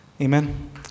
Amen